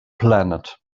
planet